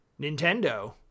Nintendo